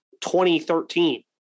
2013